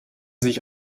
sich